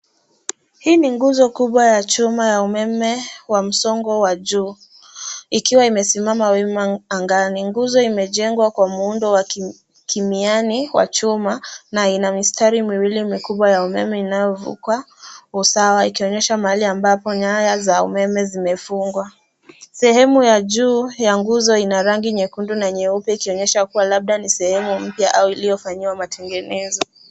Hii ni nguzo kubwa ya chuma ya umeme wa msongo wa juu, ikiwa imesimama wima angani. Nguzo hii imejengwa kwa muundo wa kimiani wa chuma na ina mistari miwili mikubwa ya umeme inayovuka usawa, ikionyesha mahali ambapo nyaya za umeme zimefungwa. Sehemu ya juu ya nguzo ina rangi nyekundu na nyeupe, ikionyesha kuwa labda ni sehemu mpya au iliyofanyiwa matengenezo.